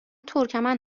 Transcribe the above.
ترکمن